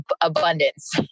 abundance